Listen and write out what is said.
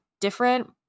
different